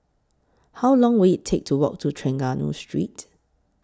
How Long Will IT Take to Walk to Trengganu Street